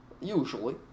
Usually